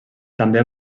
també